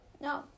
No